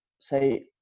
say